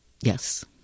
Yes